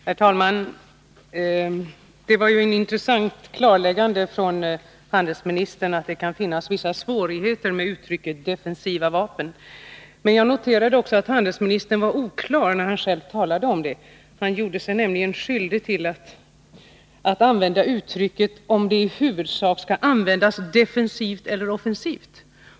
Herr talman! Det var ett intressant klarläggande handelsministern gjorde när han sade att det kan finnas vissa svårigheter med uttrycket defensiva vapen. Jag noterade också att handelsministern själv uttryckte sig oklart när han talade om detta. Han använde nämligen uttrycket ”om det i huvudsak skall användas defensivt eller offensivt”.